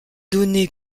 donné